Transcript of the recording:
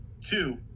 two